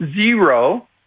zero